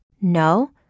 No